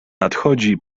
nadchodzi